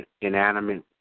inanimate